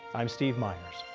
um steve myers.